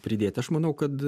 pridėt aš manau kad